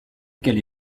qu’elle